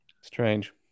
Strange